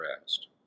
rest